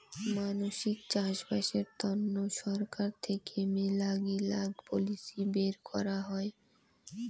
মানসির চাষবাসের তন্ন ছরকার থেকে মেলাগিলা পলিসি বের করাং হই